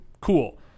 cool